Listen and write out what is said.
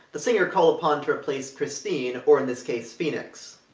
the singer called upon to replace christine, or in this case phoenix.